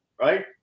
right